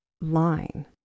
line